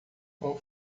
com